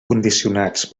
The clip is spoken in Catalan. condicionats